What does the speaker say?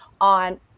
on